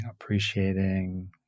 appreciating